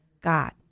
God